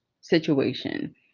situation